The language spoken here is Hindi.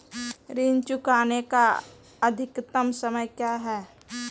ऋण चुकाने का अधिकतम समय क्या है?